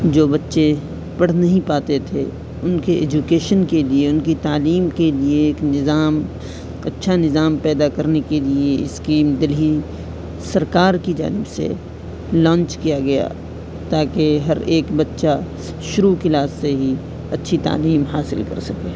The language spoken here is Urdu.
جو بچے پڑھ نہیں پاتے تھے ان کے ایجوکیشن کے لیے ان کی تعلیم کے لیے ایک نظام اچھا نظام پیدا کرنے کے لیے اسکیم دہلی سرکار کی جانب سے لانچ کیا گیا تاکہ ہر ایک بچہ شروع کلاس سے ہی اچھی تعلیم حاصل کر سکے